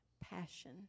passion